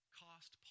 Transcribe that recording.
cost